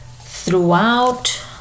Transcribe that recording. throughout